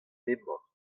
memor